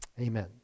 amen